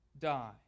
die